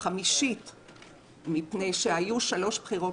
חמישית מפני שהיו שלוש מערכות בחירות